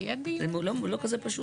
זה לא כזה פשוט.